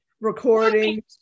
recording